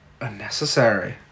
unnecessary